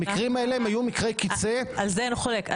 המקרים האלה היו מקרי קצה- - על זה אין חולק.